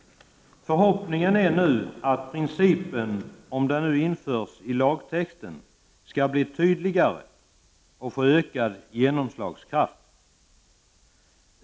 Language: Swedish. Förhoppningen är att principen, om den nu införs i lagtexten, skall bli tydligare och få ökad genomslagskraft.